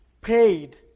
paid